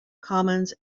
commons